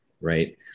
right